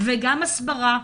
וגם הסברה.